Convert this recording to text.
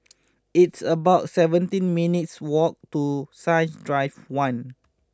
it's about seventeen minutes' walk to Science Drive one